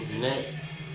next